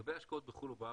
לגבי השקעות בחו"ל או בארץ,